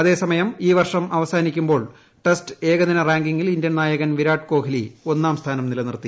അതേസമയം ഈ വർഷം അവസാനിക്കുമ്പോൾ ടെസ്റ്റ് ഏകദിന റാങ്കിംഗിൽ ഇന്ത്യൻ നായകൻ വിരാട്കോഹ്ലി ഒന്നാം സ്ഥാനം നിലനിർത്തി